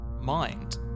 mind